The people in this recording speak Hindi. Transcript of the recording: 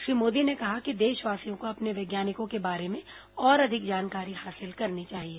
श्री मोदी ने कहा कि देशवासियों को अपने वैज्ञानिकों के बारे में और अधिक जानकारी हासिल करनी चाहिए